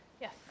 Yes